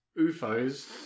UFOs